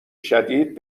شدید